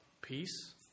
Peace